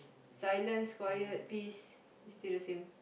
silence quiet peace it's still the same